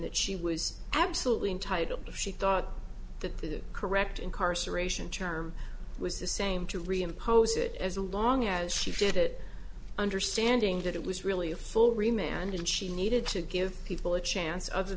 that she was absolutely entitled she thought that the correct incarceration charm was the same to reimpose it as long as she did it understanding that it was really a full remain and in she needed to give people a chance other